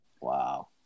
Wow